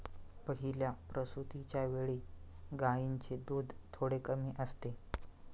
पहिल्या प्रसूतिच्या वेळी गायींचे दूध थोडे कमी असते